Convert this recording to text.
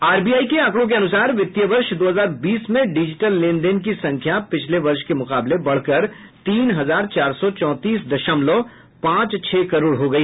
RBI के आंकड़ों के अनुसार वित्तीय वर्ष दो हजार बीस में डिजिटल लेनदेन की संख्या पिछले वर्ष के मुकाबले बढ़कर तीन हजार चार सौ चौंतीस दशमलव पांच छह करोड़ हो गई